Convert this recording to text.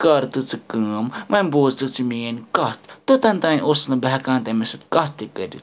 کَر تہٕ ژٕ کٲم وۅنۍ بوز تہٕ ژٕ میٛٲنٛۍ کتھ توٚتام اوسُس نہٕ بہٕ ہیٚکان تٔمِس سۭتۍ کتھ تہِ کٔرِتھ